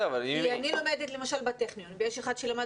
אני לומדת למשל בטכניון ויש אחד שלמד